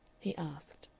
he asked.